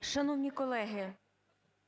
Шановні колеги,